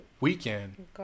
Weekend